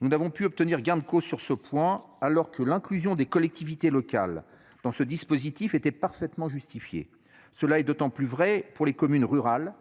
Nous n'avons pu obtenir gain de cause sur ce point alors que l'inclusion des collectivités locales dans ce dispositif était parfaitement justifiée. Cela est d'autant plus vrai pour les communes rurales